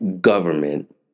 government